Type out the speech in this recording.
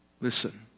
listen